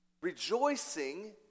rejoicing